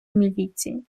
міліції